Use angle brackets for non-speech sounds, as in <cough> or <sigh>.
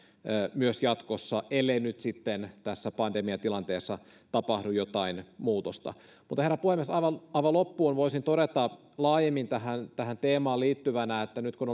myös jatkossa ellei nyt sitten tässä pandemiatilanteessa tapahdu jotain muutosta herra puhemies aivan aivan loppuun voisin todeta laajemmin tähän tähän teemaan liittyvänä että nyt kun <unintelligible>